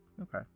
Okay